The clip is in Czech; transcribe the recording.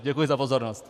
Děkuji za pozornost.